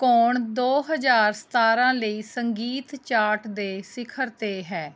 ਕੌਣ ਦੋ ਹਜ਼ਾਰ ਸਤਾਰਾਂ ਲਈ ਸੰਗੀਤ ਚਾਰਟ ਦੇ ਸਿਖਰ 'ਤੇ ਹੈ